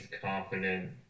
confident